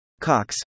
Cox